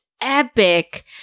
epic